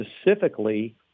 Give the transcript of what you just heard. specifically